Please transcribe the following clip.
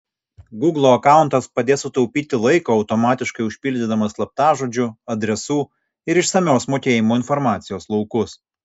gūglo akauntas padės sutaupyti laiko automatiškai užpildydamas slaptažodžių adresų ir išsamios mokėjimo informacijos laukus